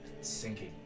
sinking